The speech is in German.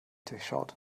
durchschaut